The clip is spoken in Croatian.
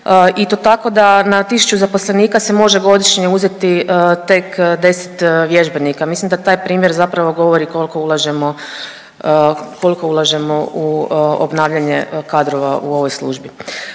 i to tako da na 1000 zaposlenika se može godišnje uzeti tek 10 vježbenika, mislim da taj primjer zapravo govori koliko ulažemo, koliko ulažemo u obnavljanje kadrova u ovoj službi.